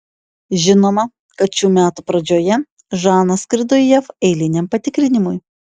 žinoma kad šių metų pradžioje žana skrido į jav eiliniam patikrinimui